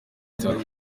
bitaro